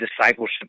discipleship